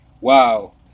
Wow